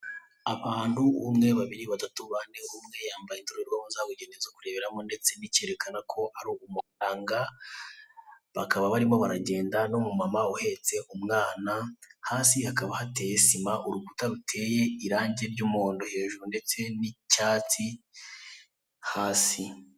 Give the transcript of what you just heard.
Abantu umwe, babiri, batatu, bane, umwe yambaye indorerwamo zabugenewe zo kureberamo ndetse n'icyerekana ko ari umuganga, bakaba barimo baragenda n'umumama uhetse umwana, hasi hakaba hateye sima, urukuta ruteye irangi ry'umuhondo hejuru ndetse n'icyatsi hasi.